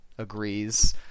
agrees